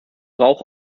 rauch